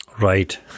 right